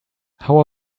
how